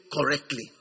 correctly